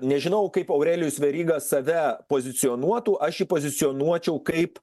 nežinau kaip aurelijus veryga save pozicionuotų aš jį pozicionuočiau kaip